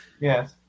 yes